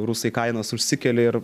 rusai kainas užsikelia ir